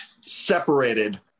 separated